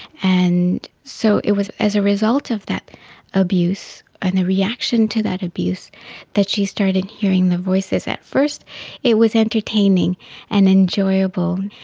and so it was as a result of that abuse and the reaction to that abuse that she started hearing the voices. at first it was entertaining and enjoyable,